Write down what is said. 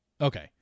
Okay